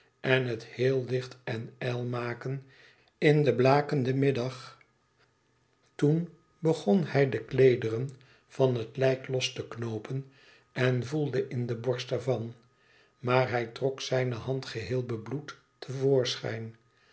en het heel licht en ijl maken in den blakenden middag toen begon hij de kleederen van het lijk los te knoopen en voelde in de borst er van maar hij trok zijne hand geheel bebloed